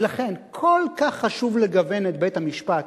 ולכן, כל כך חשוב לגוון את בית-המשפט.